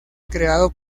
creado